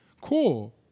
cool